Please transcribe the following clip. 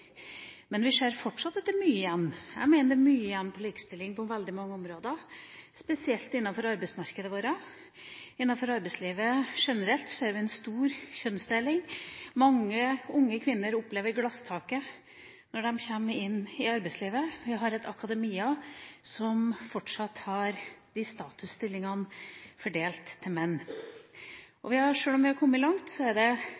men vi ser fortsatt at det er mye igjen. Jeg mener det er mye igjen på likestilling på veldig mange områder, spesielt innenfor arbeidsmarkedet vårt – innenfor arbeidslivet generelt ser vi en stor kjønnsdeling. Mange unge kvinner opplever glasstaket når de kommer inn i arbeidslivet. Vi har et akademia som fortsatt har statusstillingene fordelt til menn. Sjøl om vi har kommet langt, er det